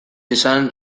esan